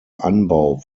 anbau